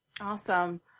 awesome